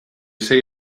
say